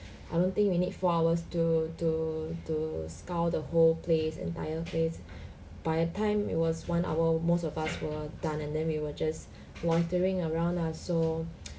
I don't think we need four hours to to to scour the whole place entire place by the time it was one hour most of us were done and then we were just loitering around lah so